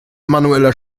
manueller